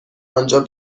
آنجا